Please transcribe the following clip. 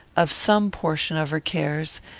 of some portion of her cares,